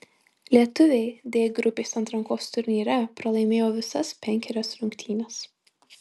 lietuviai d grupės atrankos turnyre pralaimėjo visas penkerias rungtynes